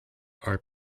are